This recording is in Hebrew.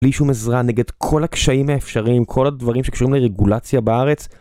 בלי שום עזרה נגד כל הקשיים האפשריים, כל הדברים שקשורים לרגולציה בארץ.